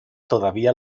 todavía